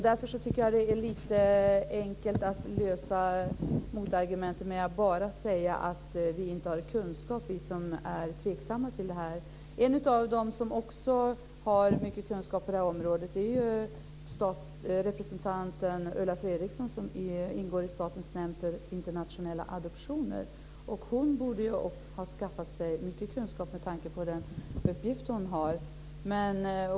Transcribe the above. Därför tycker jag att det är lite enkelt att bara säga att vi som är tveksamma till detta inte har kunskap. En av dem som har mycket kunskap på det här området är representanten Ulla Fredriksson i Statens nämnd för internationella adoptioner. Hon borde ju ha skaffat sig mycket kunskap med tanke på den uppgift som hon har.